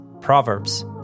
Proverbs